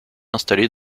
installée